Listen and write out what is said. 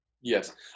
yes